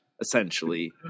essentially